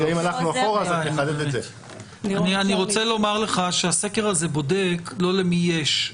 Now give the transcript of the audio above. אני רוצה לומר לך שהסקר הזה בודק לא למי יש,